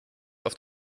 auf